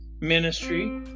ministry